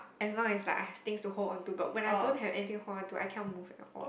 as long as I think to hold on to but when I don't have thing to hold on to I cannot move at all